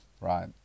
right